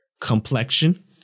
complexion